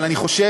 אבל אני חושב,